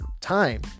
time